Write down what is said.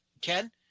Ken